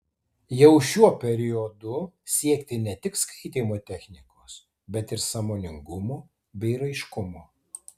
jau šiuo periodu siekti ne tik skaitymo technikos bet ir sąmoningumo bei raiškumo